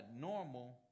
normal